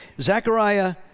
Zechariah